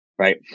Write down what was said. right